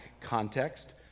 context